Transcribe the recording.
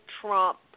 Trump